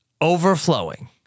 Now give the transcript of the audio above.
overflowing